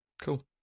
Cool